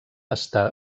està